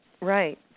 right